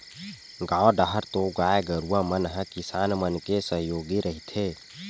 गाँव डाहर तो गाय गरुवा मन ह किसान मन के सहयोगी रहिथे